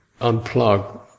unplug